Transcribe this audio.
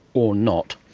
or not.